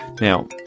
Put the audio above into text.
Now